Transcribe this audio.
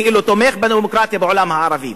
כאילו תומך בדמוקרטיה בעולם הערבי?